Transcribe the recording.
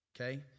okay